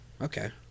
Okay